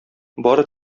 бары